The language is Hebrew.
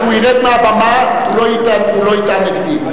כשהוא ירד מהבמה, הוא לא יטען נגדי.